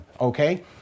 Okay